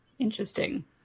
Interesting